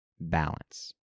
balance